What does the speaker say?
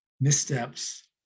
missteps